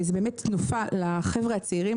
זאת באמת תנופה לחבר'ה הצעירים.